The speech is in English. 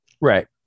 Right